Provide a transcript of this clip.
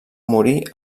morir